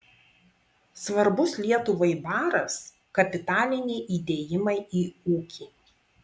svarbus lietuvai baras kapitaliniai įdėjimai į ūkį